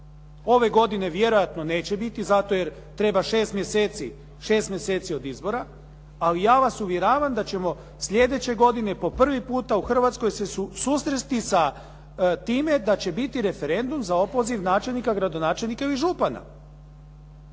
Ove godine vjerojatno neće biti zato jer treba 6 mjeseci od izbora ali ja vas uvjeravam da ćemo slijedeće godine po prvi puta u Hrvatskoj se susresti sa time da će biti referendum za opoziv načelnika, gradonačelnika ili župana.